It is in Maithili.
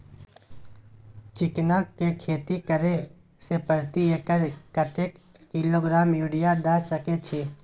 चिकना के खेती करे से प्रति एकर कतेक किलोग्राम यूरिया द सके छी?